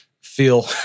feel